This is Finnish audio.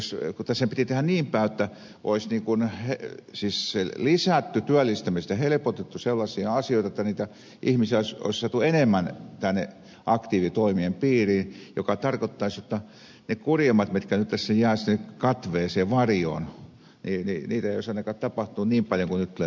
tässähän piti tehdä niin päin jotta olisi lisätty työllistämistä helpotettu sellaisia asioita että niitä ihmisiä olisi saatu enemmän aktiivitoimien piiriin mikä tarkoittaisi jotta niitä kurjempia jotka tässä nyt jäävät katveeseen varjoon ei olisi ainakaan ollut niin paljon kuin nyt tulee olemaan